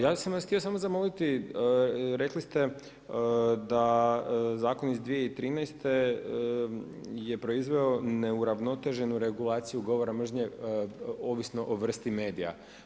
Ja sam vas htio samo zamoliti, rekli ste da zakon iz 2013. je proizveo neuravnoteženu regulaciju govora mržnje ovisno o vrsti medija.